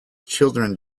children